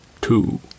two